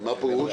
מה פירוש?